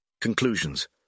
Conclusions